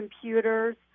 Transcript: computers